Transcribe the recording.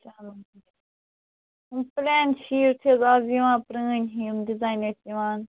چلو یِم plain sheet چھِ حظ اَز یِوان پرٛٲنۍ ہِوۍ یِم ڈِزاین ٲسۍ یِوان